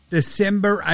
December